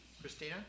Christina